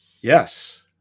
Yes